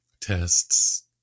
tests